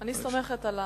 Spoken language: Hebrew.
אני סומכת עליך.